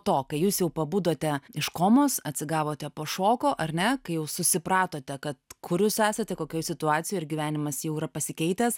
to kai jūs jau pabudote iš komos atsigavote po šoko ar ne kai jau susipratote kad kur jūs esate kokioj situacijoj ir gyvenimas jau yra pasikeitęs